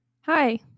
hi